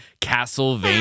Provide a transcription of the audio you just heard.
Castlevania